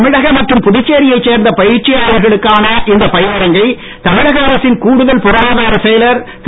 தமிழக புதுச்சேரியைச் சேர்ந்த பயிற்சியாளர்களுக்கான இந்த மற்றும் பயிலரங்கை தமழக அரசின் கூடுதல் பொருளாதார செயலர் திரு